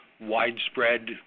widespread